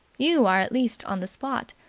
you are at least on the spot.